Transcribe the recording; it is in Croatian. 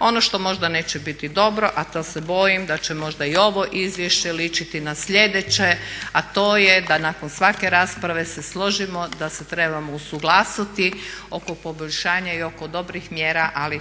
Ono što možda neće biti dobro a to se bojim da će možda i ovo izvješće ličiti na sljedeće a to je da nakon svake rasprave se složimo da se trebamo usuglasiti oko poboljšanja i oko dobrih mjera, ali